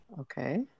okay